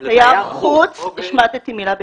"לתייר חוץ", השמטתי מילה בטעות.